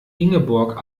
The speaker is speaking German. ingeborg